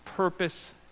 Purpose